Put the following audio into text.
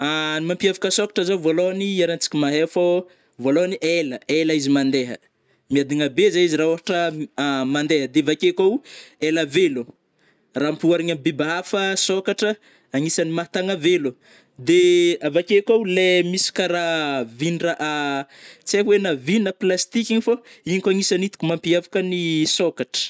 Ny mampiavaka sôkatra zao vôlôagny iarahantsika mahay fô vôlôany ela- ela izy mandeha, miadagna be zegny izy ra ôhatra mandeha de avake koa ela velogno, raha ampihoarigny am biby a hafa sôkatra agnisany mahatagna velo, de avake koa le misy karà vin-draha tsy haiko hoe na vy na plastique igny fô, igny koa agnisany hitako mampiavaka ny sôkatra.